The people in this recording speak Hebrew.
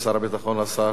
השר משה יעלון.